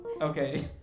Okay